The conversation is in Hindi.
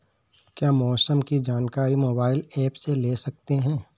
क्या मौसम की जानकारी मोबाइल ऐप से ले सकते हैं?